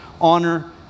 honor